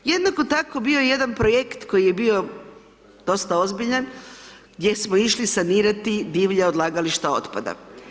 Jednako tako bio je jedan projekt koji je bio dosta ozbiljan gdje smo išli sanirati divlja odlagališta otpada.